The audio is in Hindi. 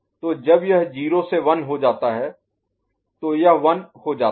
तो जब यह 0 से 1 हो जाता है तो यह 1 हो जाता है